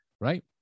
right